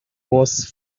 was